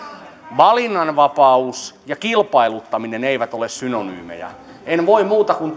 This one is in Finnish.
valinnanvapaus ja kilpailuttaminen eivät ole synonyymeja en voi muuta kuin